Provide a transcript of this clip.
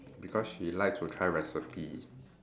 because she like to try recipe